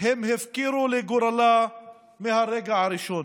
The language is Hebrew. הם הפקירו לגורלה מהרגע הראשון.